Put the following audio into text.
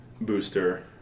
Booster